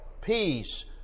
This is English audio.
Peace